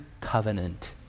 covenant